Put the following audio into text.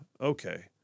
okay